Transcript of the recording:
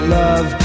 love